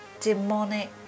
demonic